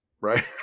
right